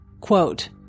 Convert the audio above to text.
Quote